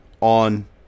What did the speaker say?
on